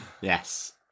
Yes